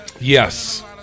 Yes